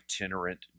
itinerant